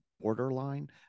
borderline